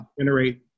generate